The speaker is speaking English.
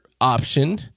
option